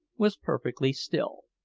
was perfectly still.